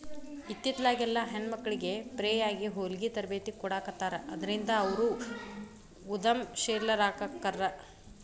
ಇತ್ತಿತ್ಲಾಗೆಲ್ಲಾ ಹೆಣ್ಮಕ್ಳಿಗೆ ಫ್ರೇಯಾಗಿ ಹೊಲ್ಗಿ ತರ್ಬೇತಿ ಕೊಡಾಖತ್ತಾರ ಅದ್ರಿಂದ ಅವ್ರು ಉದಂಶೇಲರಾಕ್ಕಾರ